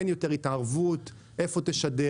אין יותר התערבות איפה תשדר,